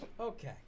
Okay